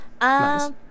Nice